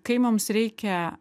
kai mums reikia